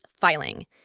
filing